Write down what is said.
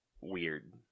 weird